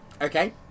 Okay